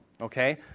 okay